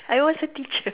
I was a teacher